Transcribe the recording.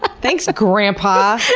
thanks, grandpa!